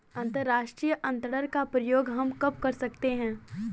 अंतर्राष्ट्रीय अंतरण का प्रयोग हम कब कर सकते हैं?